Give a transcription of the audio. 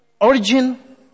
origin